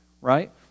right